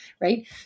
right